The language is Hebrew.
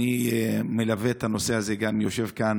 אני מלווה את הנושא הזה, יושב כאן